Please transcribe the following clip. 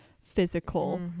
physical